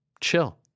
chill